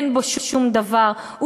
אין בו שום דבר,